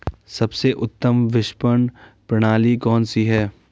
सबसे उत्तम विपणन प्रणाली कौन सी है?